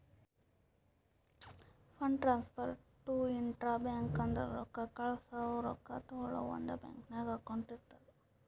fund transfer to intra bank ಅಂದುರ್ ರೊಕ್ಕಾ ಕಳ್ಸವಾ ರೊಕ್ಕಾ ತಗೊಳವ್ ಒಂದೇ ಬ್ಯಾಂಕ್ ನಾಗ್ ಅಕೌಂಟ್ ಇರ್ತುದ್